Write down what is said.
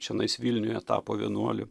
čionais vilniuje tapo vienuoliu